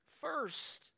first